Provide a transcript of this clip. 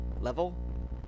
level